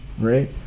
Right